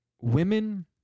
women